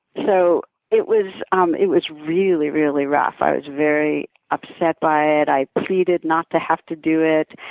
so it was um it was really, really rough. i was very upset by it. i pleaded not to have to do it.